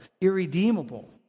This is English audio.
irredeemable